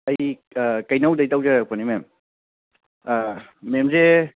ꯑꯩ ꯀꯩꯅꯧꯗꯩ ꯇꯧꯖꯔꯛꯄꯅꯦ ꯃꯦꯝ ꯃꯦꯝꯁꯦ